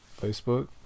Facebook